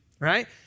right